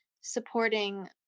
supporting